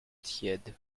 tiède